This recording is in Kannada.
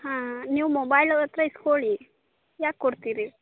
ಹಾಂ ನೀವು ಮೊಬೈಲ್ ಅವ್ಳ ಹತ್ತಿರ ಇಸ್ಕೊಳ್ಳಿ ಯಾಕೆ ಕೊಡ್ತೀರಿ